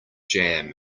jam